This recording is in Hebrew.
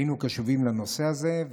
היינו קשובים לנושא הזה,